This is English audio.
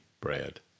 bread